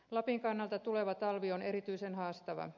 lapin kannalta tuleva talvi on erityisen haastava